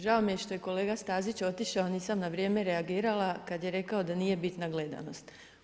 Žao mi je što je kolega Stazić otišao nisam na vrijeme reagirala, kad je rekao da nije bitna gledanost.